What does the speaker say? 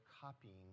copying